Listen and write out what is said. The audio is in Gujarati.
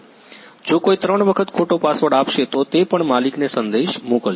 જો કોઈ ત્રણ વખત ખોટો પાસવર્ડ આપશે તો તે પણ માલિકને સંદેશ મોકલશે